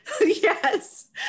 Yes